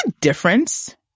difference